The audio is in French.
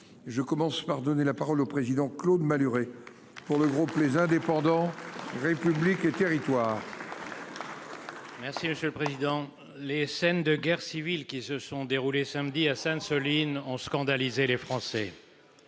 Je commence par donner la parole au président Claude Malhuret. Pour le groupe les indépendants République et Territoires. Merci monsieur le président. Les scènes de guerre civile qui se sont déroulées samedi à Sainte-, Soline ont scandalisé les Français.